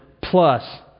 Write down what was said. plus